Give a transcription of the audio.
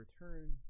return